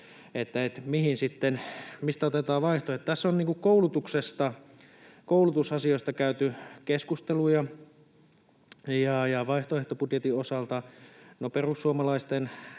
mistä sitten otetaan vaihtoehdot. Tässä on koulutusasioista käyty keskusteluja vaihtoehtobudjetin osalta. No, perussuomalaisten